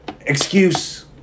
excuse